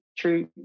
true